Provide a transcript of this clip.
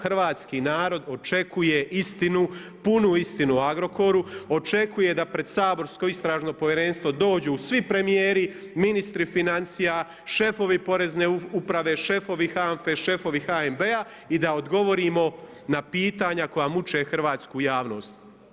Hrvatski narod očekuje istinu, punu istinu o Agrokoru, očekuje da pred saborsko Istražno povjerenstvo dođu svi premijer, ministri financija, šefovi Porezne uprave, šefovi HANFA-e, šefovi HNB-a i da odgovorimo na pitanja koja muče hrvatsku javnost.